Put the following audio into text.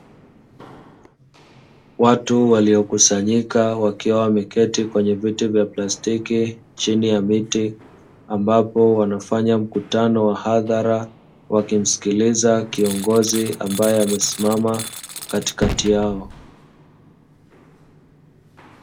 Watu waliokusanyika, wakiwa wameketi kwenye viti vya plastiki chini ya miti. Ambapo wanafanya mkutano wa hadhara, wakimsikiliza kiongozi ambaye amesimama katikati yao.